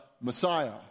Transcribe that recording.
Messiah